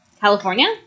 California